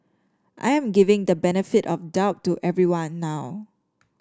I am giving the benefit of doubt to everyone now